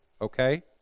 okay